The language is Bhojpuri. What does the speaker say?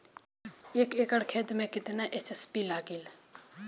एक एकड़ खेत मे कितना एस.एस.पी लागिल?